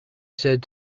said